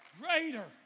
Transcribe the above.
Greater